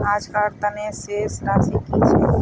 आजकार तने शेष राशि कि छे?